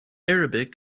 arabic